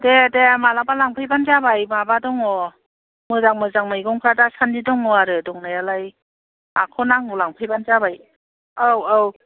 दे दे माब्लाबा लांफैबानो जाबाय माबा दङ मोजां मोजां मैगंफ्रा दासान्दि दङ आरो दंनायालाय माखौ नांगौ लांफैबानो जाबाय औ औ